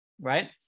right